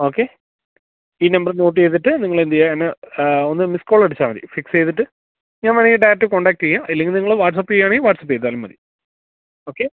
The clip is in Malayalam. ഓക്കെ ഈ നമ്പർ നോട്ട് ചെയ്തിട്ട് നിങ്ങളെന്ത് ചെയ്യുക എന്നെ ഒന്ന് മിസ് കോൾ അടിച്ചാല് മതി ഫിക്സ് ചെയ്തിട്ട് ഞാന് വേണമെങ്കില് ഡയറക്ട് കോണ്ടാക്ട് ചെയ്യാം ഇല്ലെങ്കില് നിങ്ങള് വാട്സാപ്പ് ചെയ്യുകയാണെങ്കില് വാട്സാപ്പ് ചെയ്താലും മതി ഓക്കെ